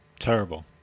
Terrible